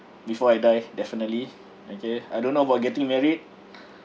before I die definitely okay I don't know about getting married